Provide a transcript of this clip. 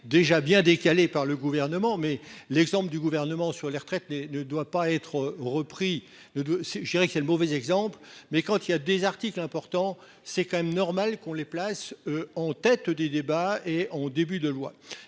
déjà bien décalé par le gouvernement. Mais l'exemple du gouvernement sur les retraites des ne doit pas être repris de deux, c'est je dirais que c'est le mauvais exemple. Mais quand il y a des articles importants, c'est quand même normal qu'on les places en tête des débats et en début de loi